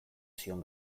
zion